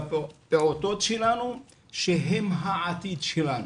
בפעוטות שלנו שהם העתיד שלנו,